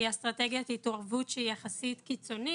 אסטרטגיית התערבות שהיא יחסית קיצונית,